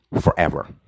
forever